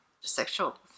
sexual